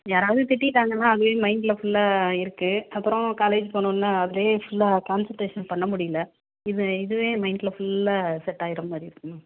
யாராவது திட்டிட்டாங்கன்னா அதுவே மைன்ட்டில் ஃபுல்லா இருக்குது அப்புறம் காலேஜ் போனவுடன அப்படியே ஃபுல்லா கான்சன்ட்ரேஷன் பண்ண முடியல இது இதுவே மைன்ட்டில் ஃபுல்லா செட்டாகிர மாதிரி இருக்குது மேம்